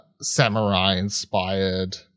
samurai-inspired